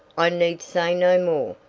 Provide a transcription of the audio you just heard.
i need say no more.